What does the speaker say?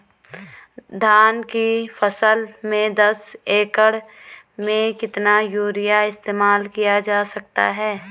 धान की फसल में दस एकड़ में कितना यूरिया इस्तेमाल किया जा सकता है?